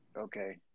Okay